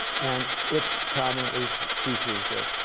and it prominently features this.